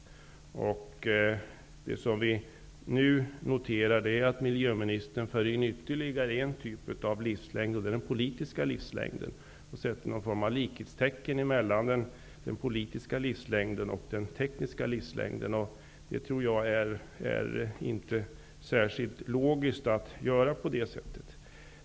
Nu kan vi notera att miljöministern för in ytterligare en typ av livslängd, den politiska livslängden. Han sätter någon form av likhetstecken mellan den politiska livslängden och den tekniska livslängden. Jag tror inte att det är särskilt logiskt att göra på det sättet.